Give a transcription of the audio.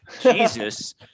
Jesus